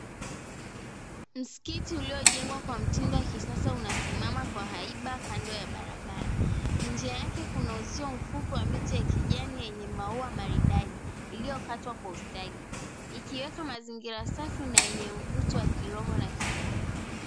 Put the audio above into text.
Mskiti uliojengwa kwa mtindo wa ki sasa unasimama kwa haiba kando ya barabara. Njia yake kuna uzuio mfupi wa miti ya kijani yenye mau maridadi iliyokatwa kwa ustadi, ikiweka mazingira safi na yenye mvuto wa kiroho na kijamii.